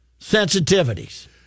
sensitivities